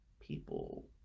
people